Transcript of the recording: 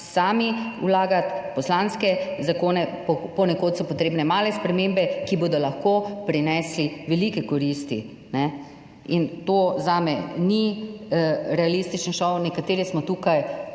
sami vlagati poslanske zakone, ponekod so potrebne male spremembe, ki bodo lahko prinesli velike koristi. In to zame ni realističen šov, nekateri smo tukaj